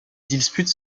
dispute